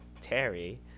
Terry